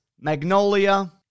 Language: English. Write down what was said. Magnolia